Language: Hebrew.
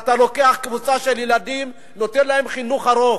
אתה לוקח קבוצה של ילדים ונותן להם יום חינוך ארוך.